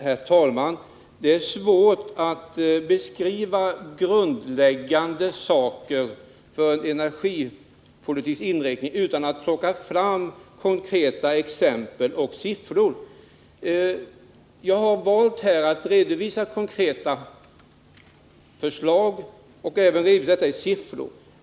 Herr talman! Det är svårt att beskriva grundlåggande basfakta när man diskuterar den energipolitiska inriktningen utan att plocka fram konkreta exempel och siffror. Jag har här valt att redovisa konkreta förslag och även siffror.